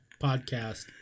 podcast